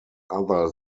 other